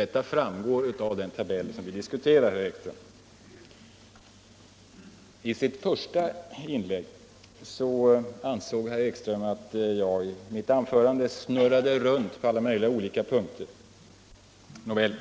Detta framgår av den tabell vi diskuterar, herr Ekström. I sitt första inlägg ansåg herr Ekström att jag i mitt anförande hade snurrat runt på alla möjliga punkter. Nåväl,